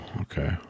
Okay